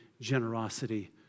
generosity